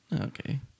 Okay